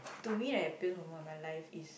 to me I have been on my life is